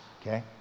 okay